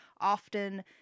often